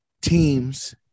teams